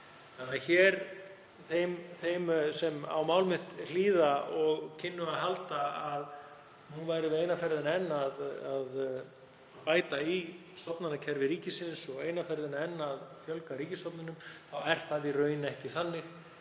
Einhverjir sem á mál mitt hlýða kynnu að halda að nú værum við eina ferðina enn að bæta í stofnanakerfi ríkisins og eina ferðina enn að fjölga stofnunum, en það er í raun ekki þannig.